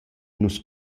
nu’s